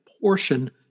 portion